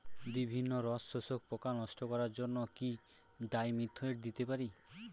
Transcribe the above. বিভিন্ন রস শোষক পোকা নষ্ট করার জন্য কি ডাইমিথোয়েট দিতে পারি?